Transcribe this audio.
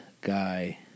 guy